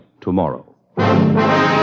tomorrow